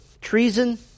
treason